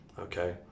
okay